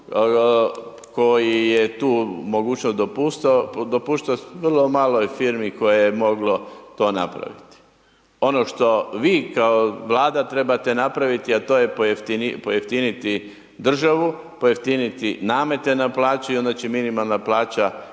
koji je tu mogućnost dopuštao, vrlo je malo firmi koje je moglo to napraviti. Ono što vi kao Vlada trebate napraviti, a to je pojeftiniti državu, pojeftiniti namete na plaći i onda će minimalna plaća